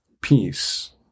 Peace